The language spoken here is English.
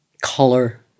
color